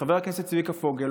חבר הכנסת צביקה פוגל,